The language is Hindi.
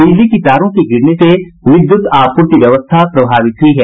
बिजली की तारों के गिरने के कारण विद्युत आपूर्ति व्यवस्था प्रभावित हुई है